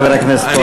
חבר הכנסת פרוש,